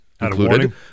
included